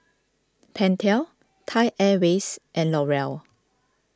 Pentel Thai Airways and L'Oreal